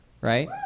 right